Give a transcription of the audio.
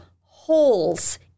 holes